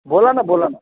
बोला ना बोला ना